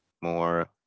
more